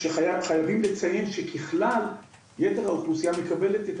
כשחייבים לציין שככלל יתר האוכלוסיה מקבלת את